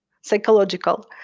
psychological